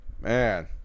Man